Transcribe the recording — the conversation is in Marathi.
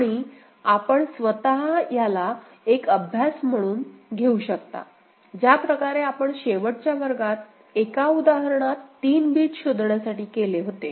आणि आपण स्वत याला एक अभ्यास म्हणून घेऊ शकता ज्या प्रकारे आपण शेवटच्या वर्गात एका उदाहरणात 3 बिट शोधण्यासाठी केले होते